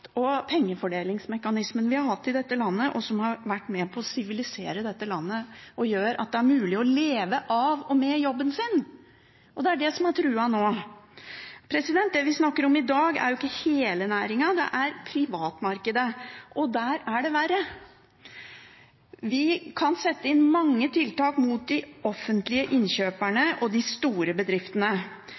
og pengefordelingsmekanismen vi har hatt i dette landet, og som har vært med på å sivilisere landet og gjøre at det er mulig å leve av og med jobben sin. Det er det som er truet nå. Det vi snakker om i dag, er ikke hele næringen. Det er privatmarkedet, og der er det verre. Vi kan sette inn mange tiltak mot de offentlige innkjøperne og de store bedriftene.